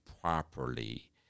properly